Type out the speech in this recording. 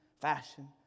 fashion